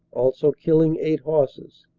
also killing eight horses.